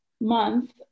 month